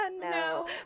no